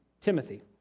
Timothy